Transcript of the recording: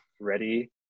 Ready